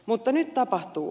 mutta nyt tapahtuu